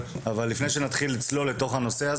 אבל לפני שנתחיל לצלול לתוך הנושא,